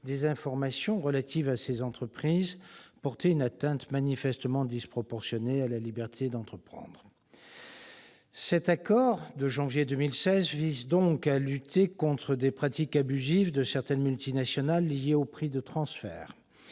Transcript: des informations relatives à ces entreprises portait une atteinte manifestement disproportionnée à la liberté d'entreprendre. Cet accord de janvier 2016 vise donc à lutter contre des pratiques abusives de certaines multinationales, liées aux prix de transfert.